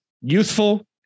youthful